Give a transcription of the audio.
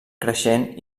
creixent